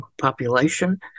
population